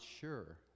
sure